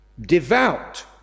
devout